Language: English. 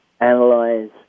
analyze